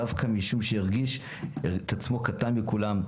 דווקא משום שהרגיש את עצמו קטן מכולם,